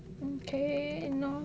okay இன்னும்:innum